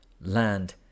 land